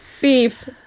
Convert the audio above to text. beef